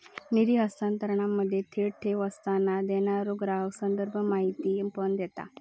निधी हस्तांतरणामध्ये, थेट ठेव करताना, देणारो ग्राहक संदर्भ माहिती पण देता